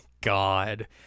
God